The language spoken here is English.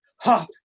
hop